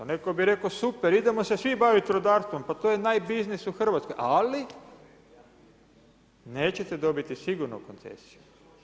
Netko bi rekao super, idemo se svi baviti rudarstvom, pa to je najbiznis u Hrvatskoj ali nećete dobiti sigurno koncesiju.